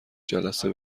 جلسه